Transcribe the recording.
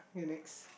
you next